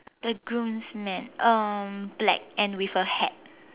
the groomsman um black and with a hat